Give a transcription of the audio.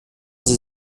sie